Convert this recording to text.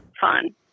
fun